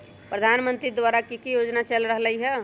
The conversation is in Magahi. प्रधानमंत्री द्वारा की की योजना चल रहलई ह?